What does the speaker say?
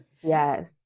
Yes